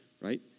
right